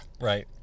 Right